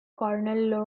cornell